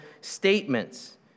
statements